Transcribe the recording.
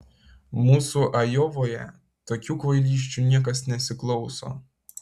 mūsų ajovoje tokių kvailysčių niekas nesiklauso